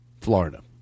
Florida